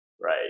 right